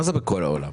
מה זה בכל העולם?